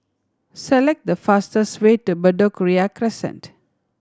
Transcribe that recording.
select the fastest way to Bedok Ria Crescent